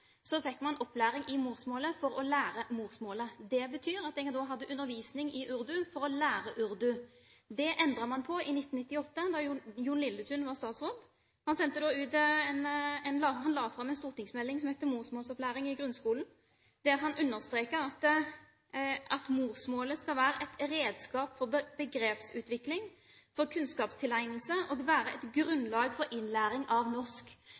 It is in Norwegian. fikk man opplæring i morsmålet for å lære morsmålet. Det betyr at jeg da hadde undervisning i urdu for å lære urdu. Det endret man på i 1998, da Jon Lilletun var statsråd. Han la fram en stortingsmelding som het Morsmålsopplæring i grunnskolen, der han understreket: «Morsmålet skal være et redskap for begrepsutvikling, for kunnskapstilegnelse og være et grunnlag for innlæring av norsk.»